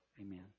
Amen